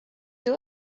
you